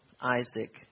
Isaac